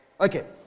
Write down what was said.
Okay